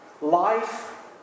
Life